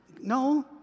no